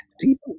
People